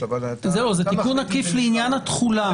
זה תיקון עקיף לעניין התחולה.